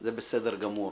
זה בסדר גמור.